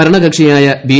ഭരണകക്ഷിയായ ബി